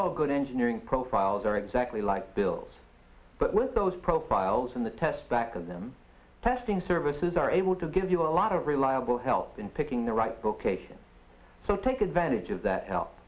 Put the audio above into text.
all good engineering profiles are exactly like bill's but with those profiles in the test back of them testing services are able to give you a lot of reliable help in picking the right book agent so take advantage of that help